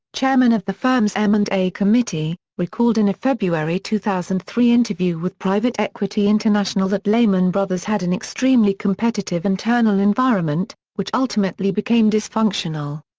chairman of the firm's m and a committee, recalled in a february two thousand and three interview with private equity international that lehman brothers had an extremely competitive internal environment, which ultimately became dysfunctional.